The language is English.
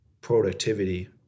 productivity